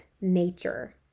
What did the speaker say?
nature